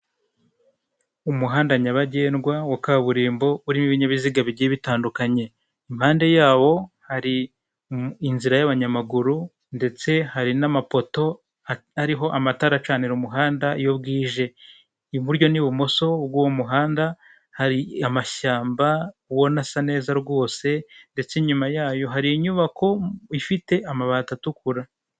Umuhanda nyabagendwa wa kaburimbo urimo ibibinyabiziga bigiye bitandukanye, impande yawo hari inzira y'abanyamaguru ndetse hari n'amapoto ariho amatara acanira umuhanda iyo bwije, iburyo n'ibumoso bw'uwo muhanda hari amashyamba ubona asa neza rwose ndetse inyuma yayo hari inyubako ifite amabati atukura.